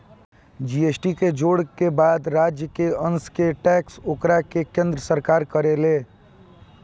GST के जोड़े के बाद राज्य के अंस के टैक्स ओकरा के केन्द्र सरकार करेले